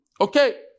Okay